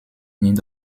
need